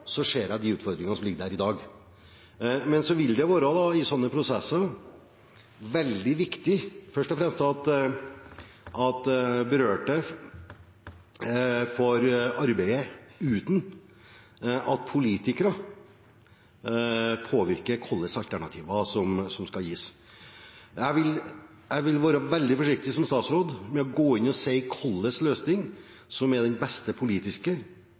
jeg ser de utfordringene som ligger der i dag. Men det vil i sånne prosesser være veldig viktig først og fremst at de berørte får arbeide uten at politikere påvirker hva slags alternativer som skal gis. Jeg vil være veldig forsiktig som statsråd med å gå inn og si hva slags løsning som er den beste politiske,